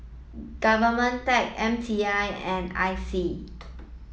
government tech M T I and I C